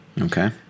Okay